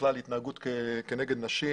בכלל התנהגות כנגד נשים.